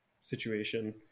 situation